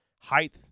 height